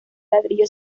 ladrillo